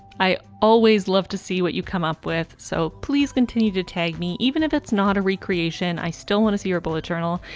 i always love to see what you come up with. so please continue to tag me even if it's not a recreation i still want to see your bullet journal.